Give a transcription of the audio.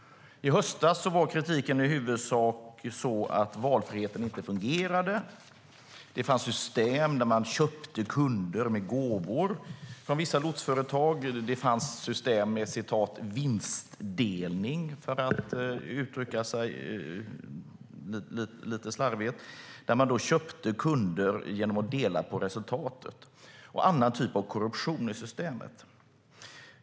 I höstas var kritiken i huvudsak att valfriheten inte fungerade. Det fanns system där vissa lotsföretag köpte kunder med gåvor. Det fanns system med "vinstdelning", för att uttrycka sig lite slarvigt - man köpte kunder genom att dela på resultatet. Det fanns andra typer av korruption i systemet.